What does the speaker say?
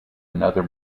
another